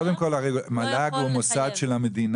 קודם כל המל"ג הוא מוסד של המדינה.